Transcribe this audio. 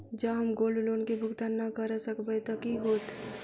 जँ हम gold loan केँ भुगतान न करऽ सकबै तऽ की होत?